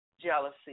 jealousy